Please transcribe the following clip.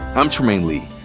i'm trymaine lee.